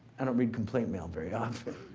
i don't read complaint mail very often.